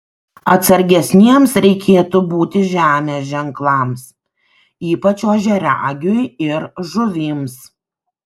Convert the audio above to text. atsargesniems reikėtų būti žemės ženklams ypač ožiaragiui ir žuvims